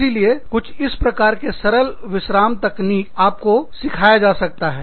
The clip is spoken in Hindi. इसीलिए कुछ इस प्रकार की सरल विश्राम तकनीकी आप को सिखाया जा सकता है